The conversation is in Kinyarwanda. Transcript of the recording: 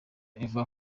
eva